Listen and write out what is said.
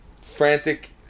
Frantic